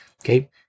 Okay